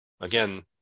again